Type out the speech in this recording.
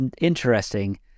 interesting